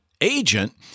agent